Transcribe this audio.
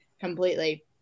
completely